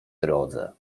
drodze